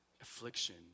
affliction